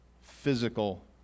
physical